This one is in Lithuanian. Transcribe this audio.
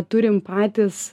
turim patys